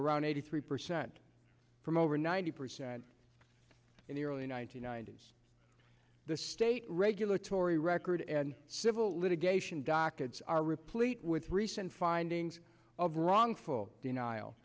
around eighty three percent from over ninety percent in the early one nine hundred ninety s the state regulatory record and civil litigation dockets are replete with recent findings of wrongful denial